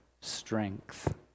strength